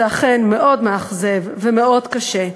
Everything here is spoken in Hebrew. זה אכן מאוד מאכזב ומאוד קשה.